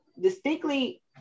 distinctly